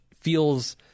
feels